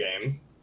games